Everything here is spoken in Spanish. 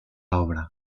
obra